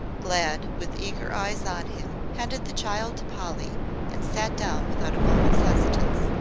glad with eager eyes on him handed the child to polly and sat down without a moment's hesitance,